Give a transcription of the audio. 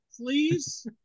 please